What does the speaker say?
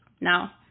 Now